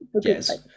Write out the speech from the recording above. Yes